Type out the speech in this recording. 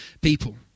people